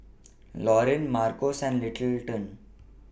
Loreen Marcos and Littleton